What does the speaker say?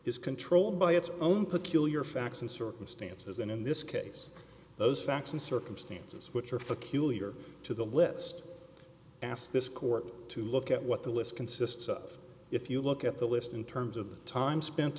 is controlled by its own peculiar facts and circumstances and in this case those facts and circumstances which are peculiar to the list ask this court to look at what the list consists of if you look at the list in terms of the time spent